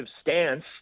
stance